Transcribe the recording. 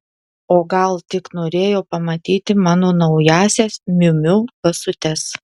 o gal tik norėjo pamatyti mano naująsias miu miu basutes